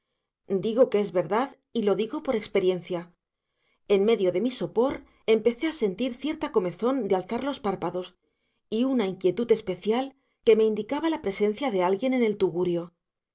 digo que es verdad y lo digo por experiencia en medio de mi sopor empecé a sentir cierta comezón de alzar los párpados y una inquietud especial que me indicaba la presencia de alguien en el tugurio